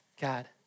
God